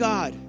God